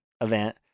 event